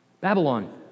Babylon